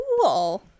cool